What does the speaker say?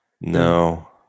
no